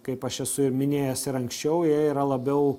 kaip aš esu minėjęs ir anksčiau jie yra labiau